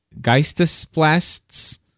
Geistesplasts